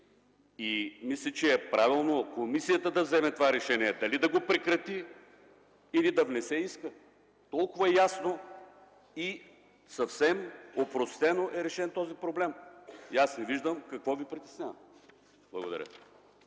Мисля, че е правилно комисията да вземе това решение – дали да го прекрати или да вземе това решение. Толкова ясно и съвсем опростено е решен този проблем. Не виждам какво Ви притеснява.